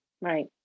Right